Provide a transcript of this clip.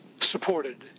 supported